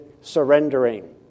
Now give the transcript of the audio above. surrendering